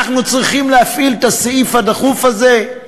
אנחנו צריכים להפעיל את הסעיף הדחוף הזה?